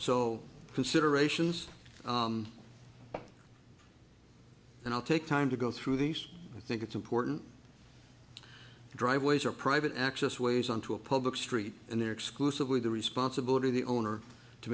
so considerations and i'll take time to go through these i think it's important driveways are private access ways onto a public street and they're exclusively the responsibility of the owner to